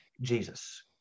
Jesus